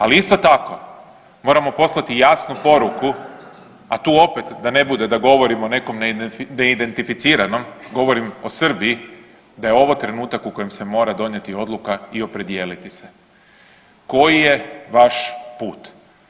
Ali, isto tako, moramo poslati jasnu poruku, a tu opet, da ne bude da govorimo o nekom neidentificiranom, govorim o Srbiji, da je ovo trenutak u kojem se mora donijeti odluka i opredijeliti se, koji je vaš put.